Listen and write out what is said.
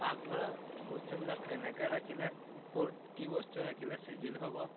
পাকঘৰৰ বস্তুবিলাক কেনেকে ৰাখিলে ক'ত কি বস্তু ৰাখিলে চিজিল হ'ব